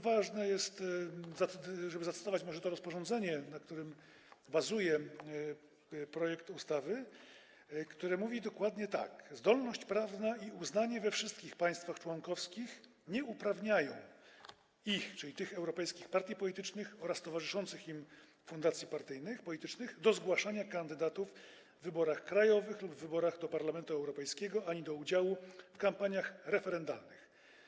Ważne jest, żeby zacytować może to rozporządzenie, na którym bazuje projekt ustawy, a które mówi dokładnie tak: Zdolność prawna i uznanie we wszystkich państwach członkowskich nie uprawniają ich - czyli europejskich partii politycznych oraz towarzyszących im fundacji partyjnych, politycznych - do zgłaszania kandydatów w wyborach krajowych lub w wyborach do Parlamentu Europejskiego ani do udziału w kampaniach referendalnych.